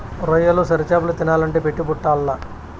రొయ్యలు, సొరచేపలు తినాలంటే పెట్టి పుట్టాల్ల